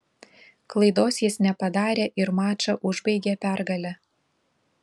klaidos jis nepadarė ir mačą užbaigė pergale